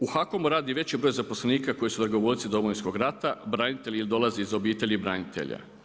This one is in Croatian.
U HAKOM-u radi veći broj zaposlenika koji su dragovoljci Domovinskog rata, branitelji ili dolazi iz obitelji branitelja.